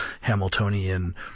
Hamiltonian